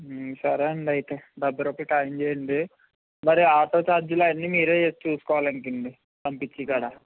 సరే అండి అయితే డెభై రూపాయల్కి ఖాయం చేయండి మరి ఆటో చార్జీలు అవన్నీ మీరే చూసుకోవాలి అండి పంపించే కాడా